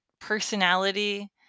personality